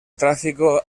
tráfico